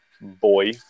Boy